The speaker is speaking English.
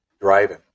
driving